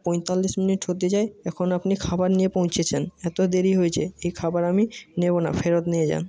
পঁয়তাল্লিশ মিনিট হতে যায় এখন আপনি খাবার নিয়ে পৌঁছেছেন এত দেরি হয়েছে এই খাবার আমি নেবো না ফেরত নিয়ে যান